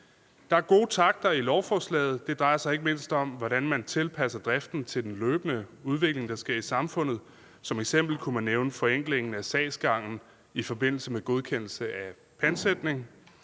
Der er gode takter i lovforslaget. Det drejer sig ikke mindst om, hvordan man tilpasser driften til den løbende udvikling, der sker i samfundet. Som eksempel kunne man nævne forenklingen af sagsgangen i forbindelse med godkendelse af pantsætning.